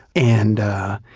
and